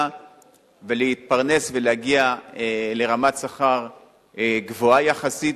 ולהתפרנס ולהגיע לרמת שכר גבוהה יחסית,